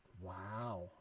Wow